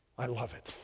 i love it.